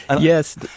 Yes